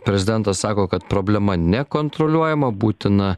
prezidentas sako kad problema nekontroliuojama būtina